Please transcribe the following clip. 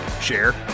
share